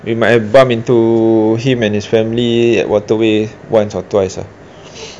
we might have bump into him and his family at waterway once or twice ah